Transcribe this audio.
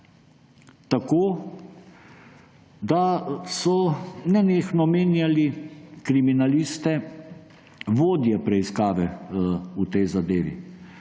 Tako, da so nenehno menjali kriminaliste vodje preiskave v tej zadevi.